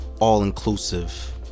all-inclusive